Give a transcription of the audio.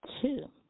two